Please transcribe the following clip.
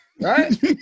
Right